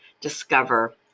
discover